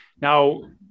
Now